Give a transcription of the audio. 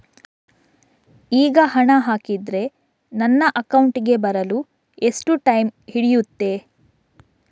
ಈಗ ಹಣ ಹಾಕಿದ್ರೆ ನನ್ನ ಅಕೌಂಟಿಗೆ ಬರಲು ಎಷ್ಟು ಟೈಮ್ ಹಿಡಿಯುತ್ತೆ?